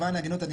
למען ההגינות,